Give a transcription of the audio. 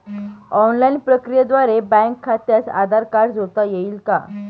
Online प्रक्रियेद्वारे bank खात्यास Aadhaar card जोडता येईल का?